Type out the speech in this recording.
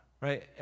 right